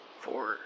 four